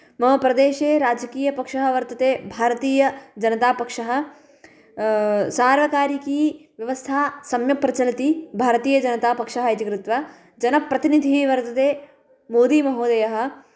मम प्रदेशे राजकीयपक्षः वर्तते भारतीयजनतापक्षः सार्वकारिकी व्यवस्था सम्यक् प्रचलति भारतीयजनतापक्षः इति कृत्वा जनप्रतिनिधिः वर्तते मोदी महोदयः